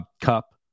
Cup